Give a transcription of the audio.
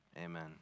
Amen